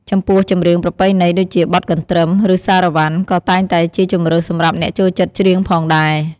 ចំពោះ ចម្រៀងប្រពៃណី ដូចជាបទកន្រ្តឹម ឬសារ៉ាវ៉ាន់ ក៏តែងតេជាជម្រើសសម្រាប់អ្នកចូលចិត្តច្រៀងផងដែរ។